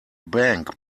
bank